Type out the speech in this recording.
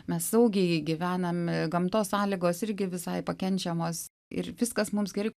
mes saugiai gyvenam gamtos sąlygos irgi visai pakenčiamos ir viskas mums gerai